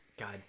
God